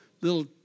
little